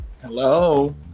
Hello